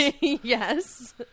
yes